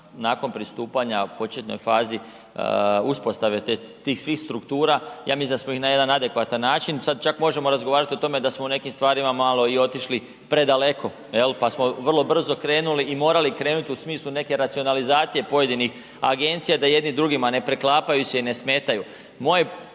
nakon pristupanja, početnoj fazi uspostave tih svih struktura, ja mislim da smo ih na jedan adekvatan način, sad čak možemo razgovarati o tome da smo u nekim stvarima malo i otišli predaleko, jel pa smo vrlo brzo krenuli i morali krenuti u smislu neke racionalizacije pojedinih agencija da jedni drugima ne preklapaju se i ne smetaju. Moja